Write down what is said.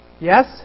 Yes